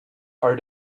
are